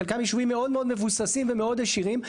חלקם ישובים מאוד מאוד מבוססים ומאוד עשירים,